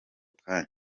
kanya